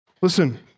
Listen